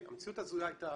המציאות ההזויה הייתה